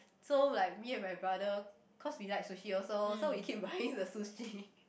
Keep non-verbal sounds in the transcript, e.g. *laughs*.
so like me and my brother cause we like sushi also so we keep buying the sushi *laughs*